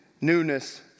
newness